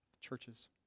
churches